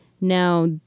Now